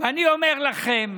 ואני אומר לכם,